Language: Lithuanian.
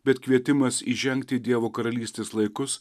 bet kvietimas įžengt į dievo karalystės laikus